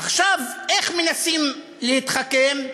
עכשיו, איך מנסים להתחכם?